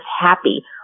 happy